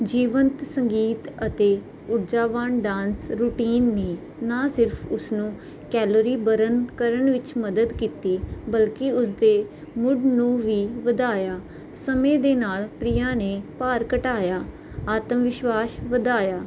ਜੀਵਨਤ ਸੰਗੀਤ ਅਤੇ ਊਰਜਾਵਾਨ ਡਾਂਸ ਰੂਟੀਨ ਨੇ ਨਾ ਸਿਰਫ ਉਸਨੂੰ ਕੈਲੋਰੀ ਬਰਨ ਕਰਨ ਵਿੱਚ ਮਦਦ ਕੀਤੀ ਬਲਕਿ ਉਸਦੇ ਮੁੱਢ ਨੂੰ ਵੀ ਵਧਾਇਆ ਸਮੇਂ ਦੇ ਨਾਲ ਪ੍ਰੀਆ ਨੇ ਭਾਰ ਘਟਾਇਆ ਆਤਮ ਵਿਸ਼ਵਾਸ ਵਧਾਇਆ